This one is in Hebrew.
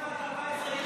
יש ילדה בת 14,